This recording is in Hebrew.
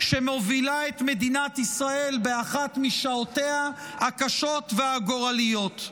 שמובילה את מדינת ישראל באחת משעותיה הקשות והגורליות.